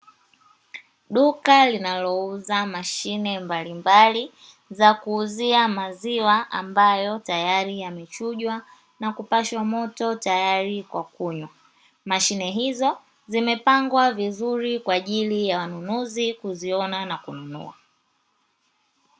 Duka linalouza mashine mbalimbali za kuuzia maziwa ambayo tayari yamechujwa, na kupashwa moto tayari kwa kunywa. Mashine hizo zimepangwa vizuri kwa ajili ya wanunuzi kuziona na kununua.